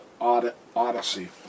Odyssey